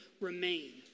remain